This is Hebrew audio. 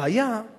הבעיה היא